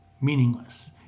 meaningless